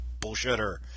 bullshitter